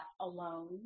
alone